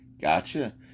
Gotcha